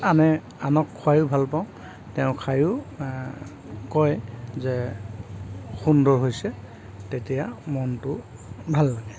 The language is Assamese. আনে আনক খোৱাইয়ো ভাল পাওঁ তেওঁ খায়ো কয় যে সুন্দৰ হৈছে তেতিয়া মনটো ভাল লাগে